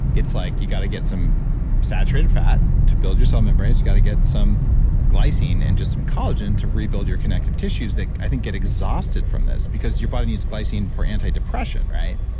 it's like you got to get some saturated fat to build your cell membranes. you got to get some glycine and just some collagen to rebuild your connective tissues, that i think get exhausted from this because your body needs glycine for anti-depression, right?